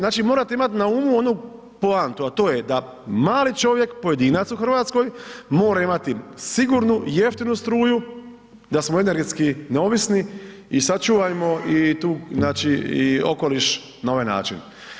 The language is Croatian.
Znači morate imati na umu onu poantu, a to je da mali čovjek pojedinac u Hrvatskoj mora imati sigurnu, jeftinu struju da smo energetski neovisni i sačuvajmo i okoliš na ovaj način.